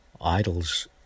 idols